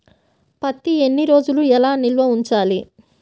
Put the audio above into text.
పత్తి ఎన్ని రోజులు ఎలా నిల్వ ఉంచాలి?